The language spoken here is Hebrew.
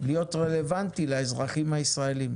להיות רלוונטי לאזרחים הישראליים.